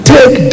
Take